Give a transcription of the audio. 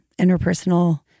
interpersonal